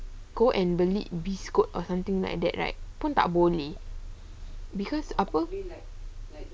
quote and be be scold or something also like that right pun tak boleh because apa